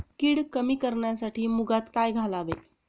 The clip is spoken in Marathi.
कीड कमी करण्यासाठी मुगात काय घालावे?